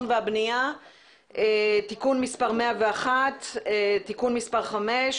והבנייה (תיקון מס' 101)(תיקון מס' 5),